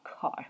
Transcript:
car